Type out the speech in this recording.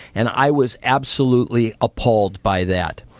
and i was absolutely appalled by that.